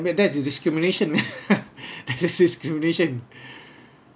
but that is discrimination discrimination